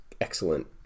excellent